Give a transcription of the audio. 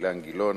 אילן גילאון,